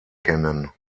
kennen